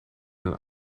een